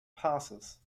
passes